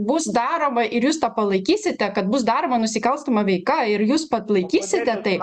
bus daroma ir jūs tą palaikysite kad bus daroma nusikalstama veika ir jūs palaikysite tai